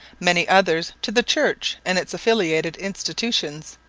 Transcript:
many others to the church and its affiliated institutions,